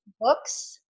books